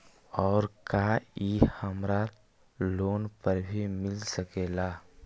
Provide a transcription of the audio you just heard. और का इ हमरा लोन पर भी मिल सकेला?